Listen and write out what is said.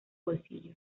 bolsillo